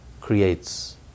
creates